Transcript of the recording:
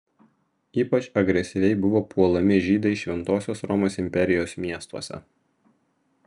ypač agresyviai buvo puolami žydai šventosios romos imperijos miestuose